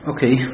Okay